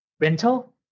rental